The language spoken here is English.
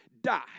die